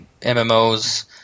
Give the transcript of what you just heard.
MMOs